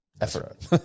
effort